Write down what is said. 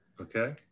Okay